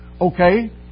Okay